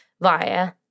via